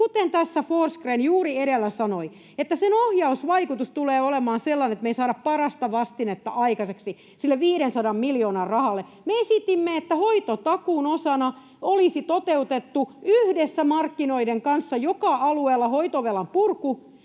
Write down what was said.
kuten tässä Forsgrén juuri edellä sanoi, että niiden ohjausvaikutus tulee olemaan sellainen, että me ei saada parasta vastinetta aikaiseksi sille 500 miljoonan rahalle. Me esitimme, että hoitotakuun osana olisi toteutettu yhdessä markkinoiden kanssa joka alueella hoitovelan purku,